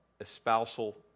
espousal